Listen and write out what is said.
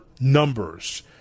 numbers